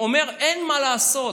אומר שאין מה לעשות